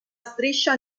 striscia